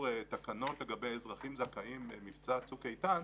תקנות לגבי אזרחים זכאים במבצע "צוק איתן",